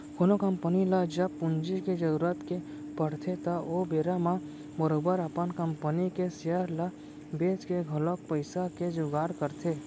कोनो कंपनी ल जब पूंजी के जरुरत के पड़थे त ओ बेरा म बरोबर अपन कंपनी के सेयर ल बेंच के घलौक पइसा के जुगाड़ करथे